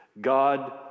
God